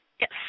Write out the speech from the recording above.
Yes